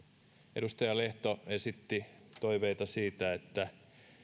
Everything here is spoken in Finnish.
edustaja lehto esitti toiveita siitä että